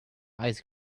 eyes